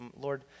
Lord